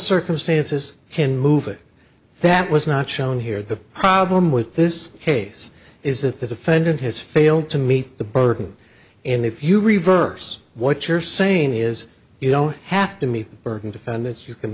circumstances can move it that was not shown here the problem with this case is that the defendant has failed to meet the burden and if you reverse what you're saying is you don't have to meet burden defendants you can